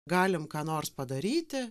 galim ką nors padaryti